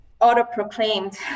auto-proclaimed